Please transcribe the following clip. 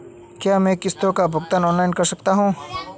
क्या मैं किश्तों का भुगतान ऑनलाइन कर सकता हूँ?